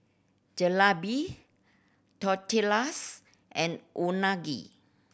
Jalebi Tortillas and Unagi